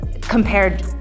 compared